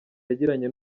yagiranye